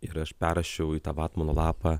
ir aš perrašiau į tą vatmano lapą